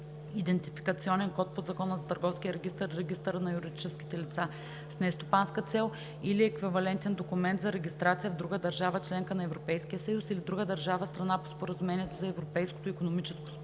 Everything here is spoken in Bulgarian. идентификационен код по Закона за търговския регистър и регистъра на юридическите лица с нестопанска цел или еквивалентен документ за регистрация в друга държава – членка на Европейския съюз, или друга държава - страна по Споразумението за Европейското икономическо пространство;